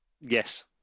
Yes